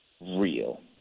real